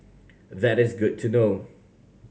that is good to know